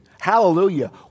Hallelujah